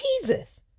Jesus